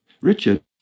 Richard